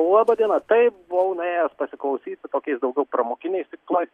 laba diena taip buvau nuėjęs pasiklausyti tokiais daugiau pramoginiais tikslais